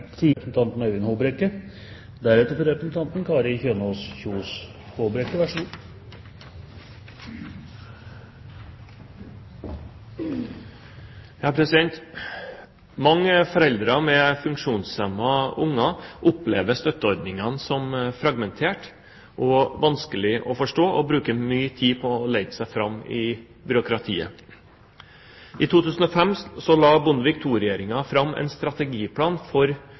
Mange foreldre med funksjonshemmede unger opplever støtteordningen som fragmentert og vanskelig å forstå, og bruker mye tid på å lete seg fram i byråkratiet. I 2005 la Bondevik II-regjeringen fram en strategiplan for